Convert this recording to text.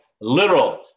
literal